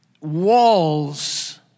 walls